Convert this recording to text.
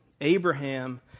Abraham